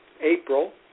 April